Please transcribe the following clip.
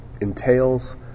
entails